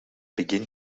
begin